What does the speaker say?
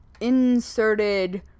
inserted